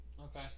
Okay